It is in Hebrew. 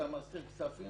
אתה מסתיר כספים,